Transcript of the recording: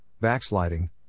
backsliding